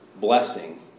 blessing